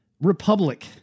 Republic